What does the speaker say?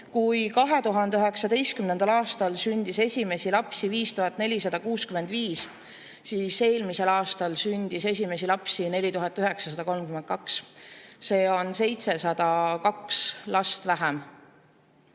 Kui 2019. aastal sündis esimesi lapsi 5465, siis eelmisel aastal sündis esimesi lapsi 4932. See on [533] last vähem.